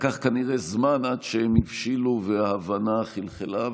לקח כנראה זמן עד שהם הבשילו וההבנה חלחלה.